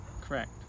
Correct